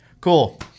cool